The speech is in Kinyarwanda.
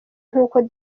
nk’uko